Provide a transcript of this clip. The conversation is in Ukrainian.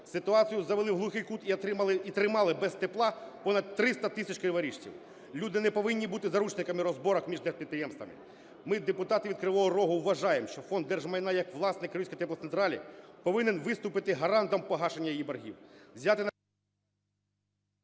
Ситуацію завели в глухий кут і тримали без тепла понад 300 тисячкриворіжців. Люди не повинні бути заручниками розбірок між держпідприємствами. Ми, депутати від Кривого Рогу, вважаємо, що Фонд держмайна як власник "Криворізької теплоцентралі" повинен виступити гарантом погашення її боргів.